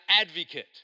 advocate